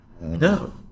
No